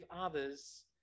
others